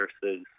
versus